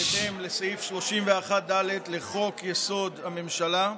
בהתאם לסעיף 31(ד) לחוק-יסוד: הממשלה,